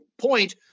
point